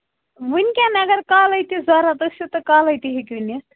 وُنکٮ۪ن اَگر کالٕے تہِ ضروٗرت ٲسیٖو تہٕ کالٕے تہِ ہٮ۪کِو نِتھ